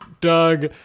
Doug